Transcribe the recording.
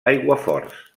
aiguaforts